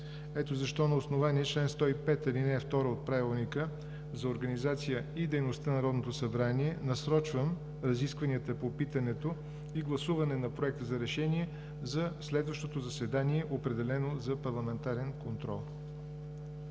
Ето защо на основание чл. 105, ал. 2 от Правилника за организацията и дейността на Народното събрание насрочвам разискванията по питането и гласуване на Проекта за решение за следващото заседание, определено за парламентарен контрол.